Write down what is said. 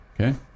Okay